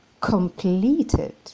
completed